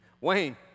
Wayne